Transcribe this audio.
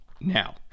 Now